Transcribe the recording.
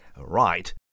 right